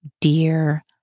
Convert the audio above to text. Dear